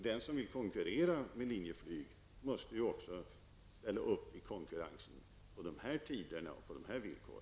Den som vill konkurrera med Linjeflyg måste alltså ställa upp på konkurrensen på alla tider och på alla villkor.